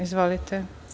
Izvolite.